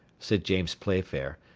said james playfair,